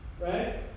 Right